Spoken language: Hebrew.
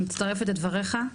מצטרפת לדבריך,